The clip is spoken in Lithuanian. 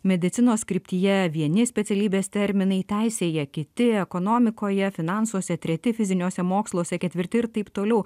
medicinos kryptyje vieni specialybės terminai teisėje kiti ekonomikoje finansuose treti fiziniuose moksluose ketvirti ir taip toliau